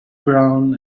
brown